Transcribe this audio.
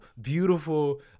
beautiful